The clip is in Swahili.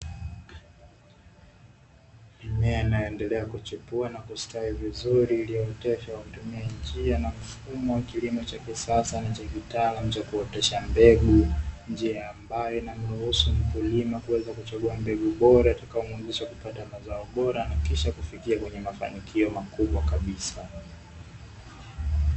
Mimea inayoendelea kuchipua na kustawi vizuri iliyooteshwa kwa kutumia njia na mfumo wa kilimo cha kisasa na cha kitaalamu cha kuotesha mbegu. njia ambayo inamruhusu mkulima kuweza kuchagua mbegu bora itakayomuwezesha kupata mazao bora na kisha kufika katika mafanikio makubwa kabisa.